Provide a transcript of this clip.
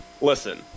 Listen